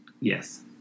Yes